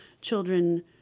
children